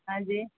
ہاں جی